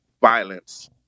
violence